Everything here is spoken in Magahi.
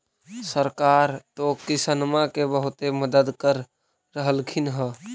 सरकार तो किसानमा के बहुते मदद कर रहल्खिन ह?